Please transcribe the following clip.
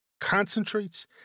concentrates